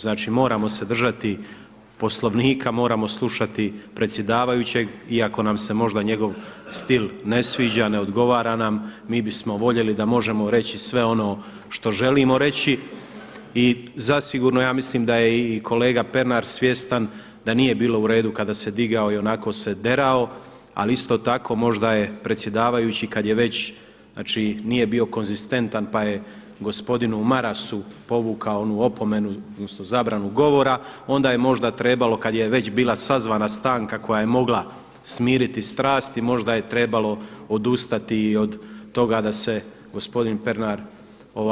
Znači moramo se držati Poslovnika, moramo slušati predsjedavajućeg iako nam se možda njegov stil ne sviđa, ne odgovara nam, mi bismo voljeli da možemo reći sve ono što želimo reći i zasigurno ja mislim da je i kolega Pernar svjestan da nije bilo u redu kada se digao i onako se derao, ali isto tako možda je predsjedavajući kad je već, znači nije bio konzistentan pa je gospodinu Marasu povukao onu opomenu odnosno zabranu govora onda je možda trebalo kad je već bila sazvana stanka koja je mogla smiriti strasti možda je trebalo odustati i od toga da se gospodin Pernar